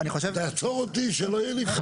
תעצור אותי שלא יהיה לי.